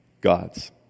God's